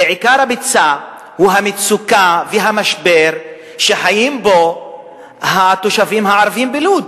ועיקר הביצה הוא המצוקה והמשבר שחיים בהם התושבים הערבים בלוד.